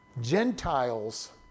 Gentiles